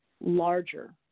larger